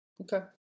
Okay